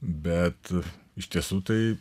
bet iš tiesų tai